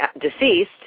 deceased